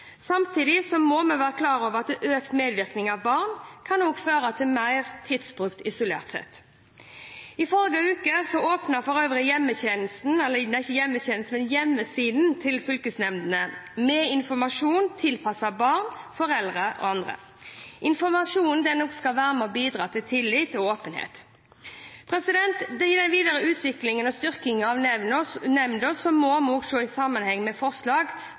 Samtidig må vi være klar over at økt medvirkning fra barn kan føre til mer tidsbruk isolert sett. I forrige uke åpnet for øvrig hjemmesida til fylkesnemndene, med informasjon tilpasset barn, foreldre og andre. Informasjonen skal bidra til å skape tillit og åpenhet. Den videre utviklingen og styrkingen av nemndene må også ses i sammenheng med forslag